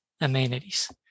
amenities